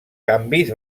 canvis